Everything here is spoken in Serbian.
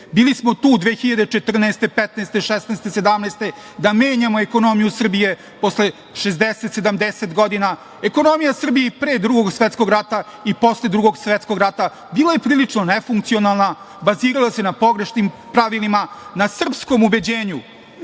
Bili smo tu 2014, 2015, 2016, 2017. godine da menjamo ekonomiju Srbije posle 60, 70 godina. Ekonomija Srbije i pre Drugog svetskog rata i posle Drugog svetskog rata bila je prilično nefunkcionalna, bazirala se na pogrešnim pravilima, na srpskom ubeđenju